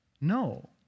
No